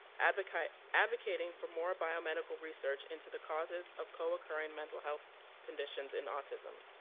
advocating advocating for more biomedical research into the causes of co-occurring mental health conditions in autism.